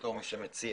בתור מי שמציע,